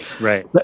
Right